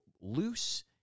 loose